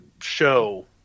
show